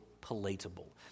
palatable